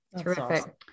Terrific